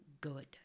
good